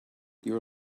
your